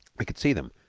we could see them,